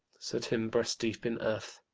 set him breast-deep in earth,